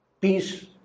peace